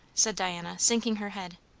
said diana, sinking her head.